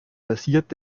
passiert